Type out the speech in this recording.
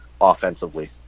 offensively